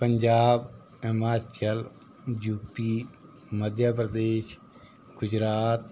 Punjab Himachal U P Madhya Pradesh Gujarat